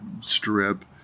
strip